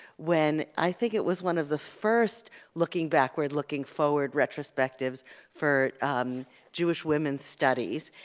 when i think it was one of the first looking backward, looking forward retrospectives for jewish women studies,